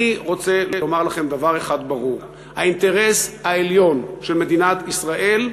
אני רוצה לומר לכם דבר אחד ברור: האינטרס העליון של מדינת ישראל,